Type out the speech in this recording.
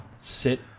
Sit